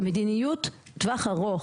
מדיניות טווח ארוך,